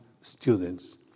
students